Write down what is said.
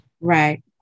Right